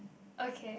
okay